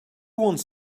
wants